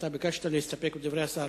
אתה ביקשת להסתפק בדברי השר.